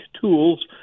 tools